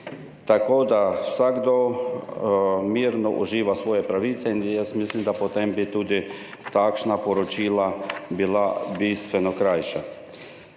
tako da vsakdo mirno uživa svoje pravice in jaz mislim, da bi bila potem tudi takšna poročila bistveno krajša.